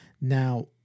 Now